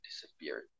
disappeared